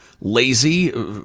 lazy